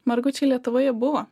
margučiai lietuvoje buvo